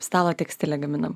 stalo tekstilę gaminam